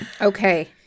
Okay